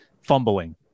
fumbling